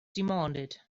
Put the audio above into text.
demanded